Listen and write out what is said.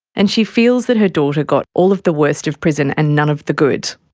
and she feels that her daughter got all of the worst of prison and none of the good.